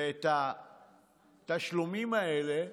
ואת התשלומים האלה